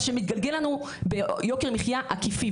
מה שמתגלגל לנו ביוקר מחיה עקיפי,